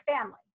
family